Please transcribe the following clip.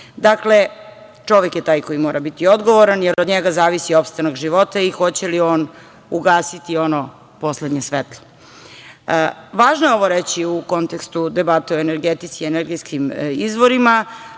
Dakle, čovek je taj koji mora biti odgovoran, jer od njega zavisi opstanak života i hoće li on ugasiti ono poslednje svetlo. Važno je ovo reći u kontekstu debate o energetici i energetskim izvorima,